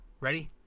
Ready